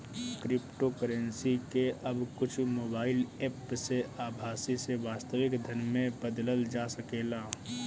cryptocurrency के अब कुछ मोबाईल एप्प से आभासी से वास्तविक धन में बदलल जा सकेला